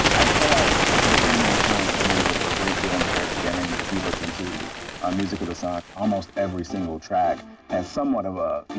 i feel like the caribbean influenced her music a great deal in the very beginning. if you listen to um music of the sun, almost every single track has somewhat of